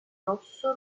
rosso